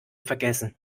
vergessen